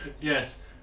Yes